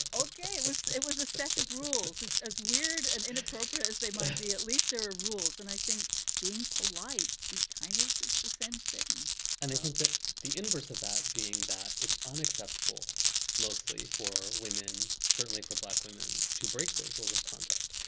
ok, it was it was a set of rules is as weird and inappropriate as they must be. at least there are rules. and i think being polite is kind of the same thing and i think that the inverse of that being that it's unacceptable mostly for women, certainly for black women, to break those rules of conduct.